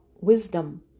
wisdom